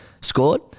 scored